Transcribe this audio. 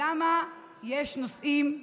למה יש נושאים,